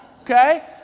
okay